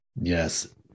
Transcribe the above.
Yes